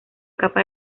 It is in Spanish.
capa